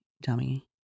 dummy